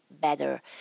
better